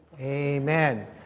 amen